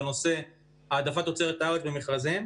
בנושא העדפת תוצרת הארץ במכרזים,